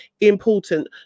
important